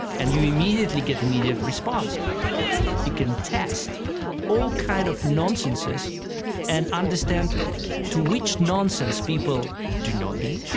and you immediately get immediate response. you can test all kind of nonsenses and understand to which nonsense people do not believe.